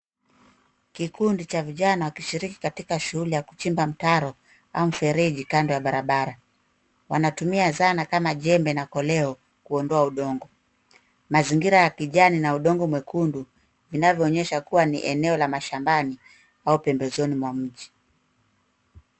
Kikundi cha vijana wakishiriki katika shughuli ya kuchimba mtaro au mfereji kando ya barabara. Wanatumia zana kama jembe na koleo kuondoa udongo. Mazingira ya kijani na udongo mwekundu vinavyoonyesha kuwa ni eneo la mashambani au pembezoni mwa mji.